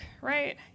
right